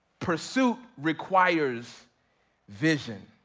pursuit requires vision.